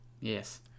yes